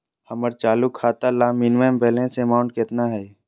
हमर चालू खाता ला मिनिमम बैलेंस अमाउंट केतना हइ?